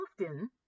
often